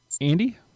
Andy